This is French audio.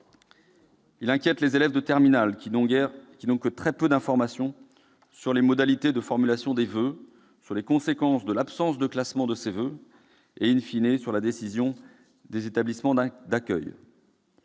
Il inquiète les élèves de terminale, qui n'ont que très peu d'informations sur les modalités de formulation des voeux, sur les conséquences de l'absence de classement de ces voeux et, sur la décision des établissements d'accueil.